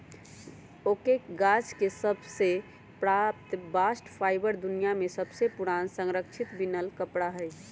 oak के गाछ सभ से प्राप्त बास्ट फाइबर दुनिया में सबसे पुरान संरक्षित बिनल कपड़ा हइ